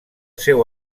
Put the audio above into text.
seu